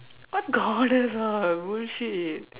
what goddess all bullshit